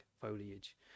foliage